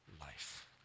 life